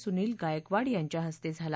सुनील गायकवाड यांच्या हस्ते झाला